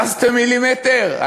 זזתם מילימטר?